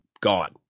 gone